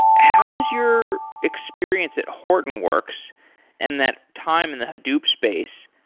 how does your experience at hortonworks and that time in the hadoop space,